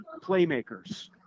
playmakers